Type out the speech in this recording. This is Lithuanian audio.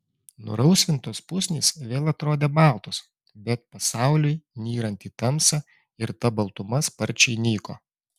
nurausvintos pusnys vėl atrodė baltos bet pasauliui nyrant į tamsą ir ta baltuma sparčiai nyko